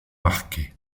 marquées